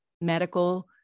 medical